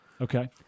Okay